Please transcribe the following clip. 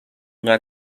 قدر